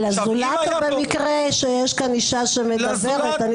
לזולת, או במקרה שיש כאן אישה שמדברת.